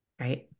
Right